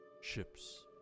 ships